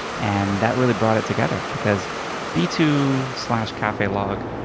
and that really brought it together. because b two slash cafe log,